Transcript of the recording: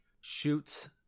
shoots